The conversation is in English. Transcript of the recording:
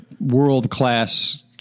world-class